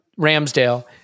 Ramsdale